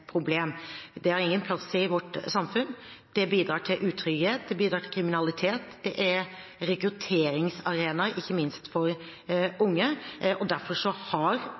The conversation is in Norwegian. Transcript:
problem. Det har ingen plass i vårt samfunn. Det bidrar til utrygghet, det bidrar til kriminalitet, det er rekrutteringsarenaer for ikke minst unge, og derfor har